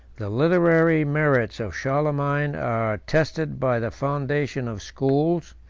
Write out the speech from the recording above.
the literary merits of charlemagne are attested by the foundation of schools,